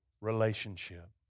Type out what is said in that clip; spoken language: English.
relationship